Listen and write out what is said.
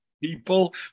people